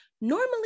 normally